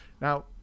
now